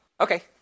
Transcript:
okay